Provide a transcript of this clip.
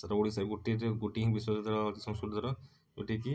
ସାରା ଓଡ଼ିଶାର ଗୋଟେ ରେ ଗୋଟେ ହିଁ ବିଶ୍ୱବିଦ୍ୟାଳୟ ଅଛି ସଂସ୍କୃତ ର ଯେଉଁଟା କି